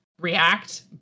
react